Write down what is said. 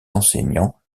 enseignants